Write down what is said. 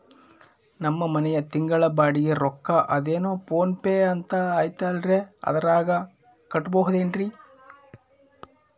ನಮ್ಮ ಮನೆಯ ತಿಂಗಳ ಬಾಡಿಗೆ ರೊಕ್ಕ ಅದೇನೋ ಪೋನ್ ಪೇ ಅಂತಾ ಐತಲ್ರೇ ಅದರಾಗ ಕಟ್ಟಬಹುದೇನ್ರಿ?